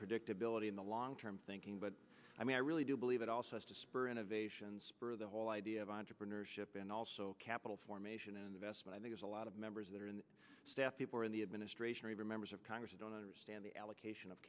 predictability in the long term thinking but i mean i really do believe it also has to spur innovation spur the whole idea of entrepreneurship and also capital formation and investment i think is a lot of members that are in the staff people in the administration or even members of congress who don't understand the allocation of